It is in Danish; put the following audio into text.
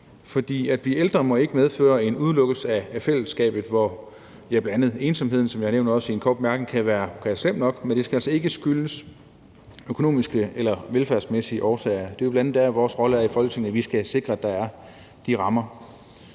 For det at blive ældre må ikke medføre en udelukkelse fra fællesskabet. Bl.a. ensomheden, som jeg også nævnte i en kort bemærkning, kan være slem nok, men det skal altså ikke skyldes økonomiske eller velfærdsmæssige årsager. Det er bl.a. det, der er vores rolle her i Folketinget, nemlig at vi skal sikre, at der er de rammer.